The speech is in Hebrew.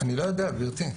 אני לא יודע, גבירתי.